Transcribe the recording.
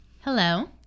Hello